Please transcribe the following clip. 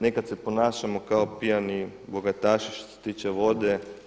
Nekad se ponašamo kao pijani bogataši što se tiče vode.